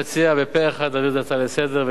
אני מציע להעביר את זה פה-אחד כהצעה לסדר-היום,